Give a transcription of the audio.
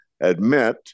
admit